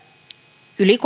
yli